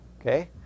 Okay